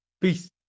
peace